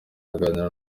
aganira